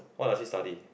what does she study